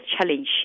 challenge